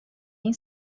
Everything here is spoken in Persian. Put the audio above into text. این